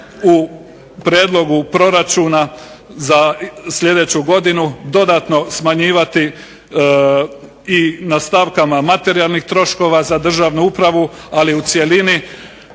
u prijedlogu proračuna za sljedeću godinu dodatno smanjivati i na stavkama materijalnih troškova za državnu upravu, ali u cjelini